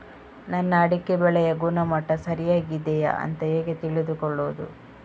ನನ್ನ ಅಡಿಕೆ ಬೆಳೆಯ ಗುಣಮಟ್ಟ ಸರಿಯಾಗಿ ಇದೆಯಾ ಅಂತ ಹೇಗೆ ತಿಳಿದುಕೊಳ್ಳುವುದು?